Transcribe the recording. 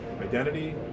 Identity